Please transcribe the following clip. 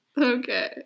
Okay